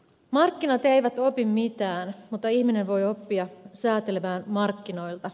markkinat eivät opi mitään mutta ihminen voi oppia säätelemään markkinoita